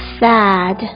sad